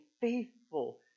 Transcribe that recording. faithful